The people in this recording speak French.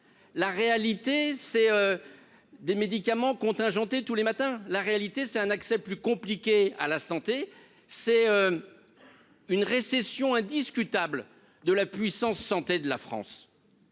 la réalité c'est des médicaments contingentées, tous les matins, la réalité c'est un accès plus compliqué à la santé, c'est une récession indiscutable de la puissance santé de la France,